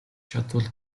чадвал